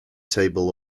table